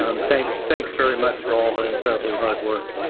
um thanks thanks very much for all the incredibly hard work.